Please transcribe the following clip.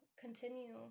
continue